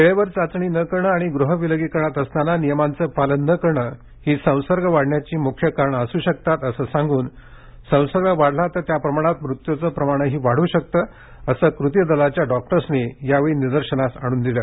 वेळेवर चाचणी न करणं आणि गृह विलगीकरणात असताना नियमांचं पालन न करणं ही संसर्ग वाढण्याची मुख्य कारण असू शकतात असं सांगून संसर्ग वाढला तर त्या प्रमाणात मृत्यूचं प्रमाणही वाढू शकतं असं कृती दलाच्या डॉक्टर्सनी यावेळी निदर्शनास आणून दिलं